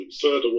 further